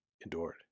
endured